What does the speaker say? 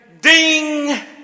ding